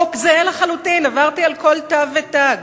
חוק זהה לחלוטין, עברתי על כל תו ותג.